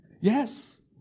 Yes